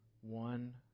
One